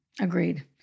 Agreed